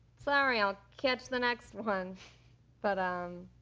sorry, i'll catch the next one but um,